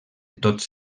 tots